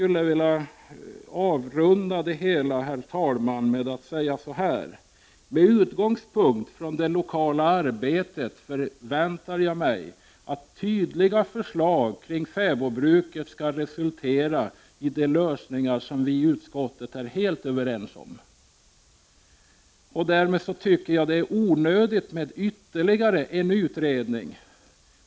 Jag vill avrunda mitt anförande med att säga att jag med utgångspunkt i detta lokala arbete förväntar mig att tydliga förslag kring fäbodbruket skall resultera i de lösningar som vi i utskottet är helt överens om. Jag anser därmed att det är onödigt med ytterligare en utredning.